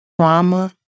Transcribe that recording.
trauma